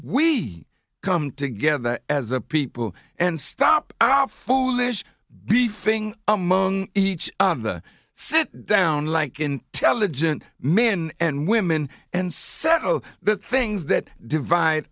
we come together as a people and stop our food lish beefing among each other sit down like intelligent men and women and settle the things that divide